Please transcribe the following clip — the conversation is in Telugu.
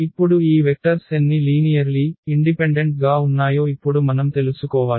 ఇప్పుడు ఈ వెక్టర్స్ ఎన్ని లీనియర్లీ ఇండిపెండెంట్ గా ఉన్నాయో ఇప్పుడు మనం తెలుసుకోవాలి